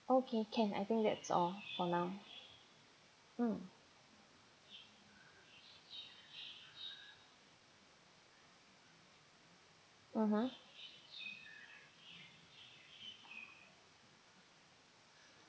okay can I think that's all for now mm mmhmm